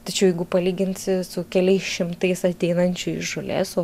tačiau jeigu palyginsi su keliais šimtais ateinančių iš žolės